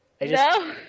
No